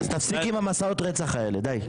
אז תפסיקי עם מסעות הרצח האלה, די.